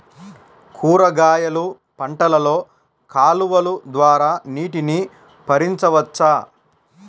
కూరగాయలు పంటలలో కాలువలు ద్వారా నీటిని పరించవచ్చా?